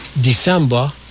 December